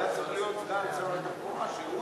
אז היה צריך להיות סגן שר תחבורה שהוא יענה.